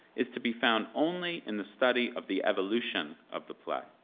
is to be found only in the study of the evolution of the play.